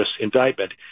indictment